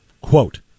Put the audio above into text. Quote